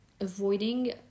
avoiding